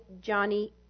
Johnny